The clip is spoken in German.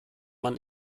man